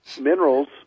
minerals